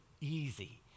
easy